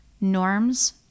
norms